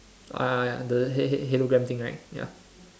uh the ho~ ho~ hologram thing right ya